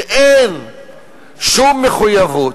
שאין שום מחויבות,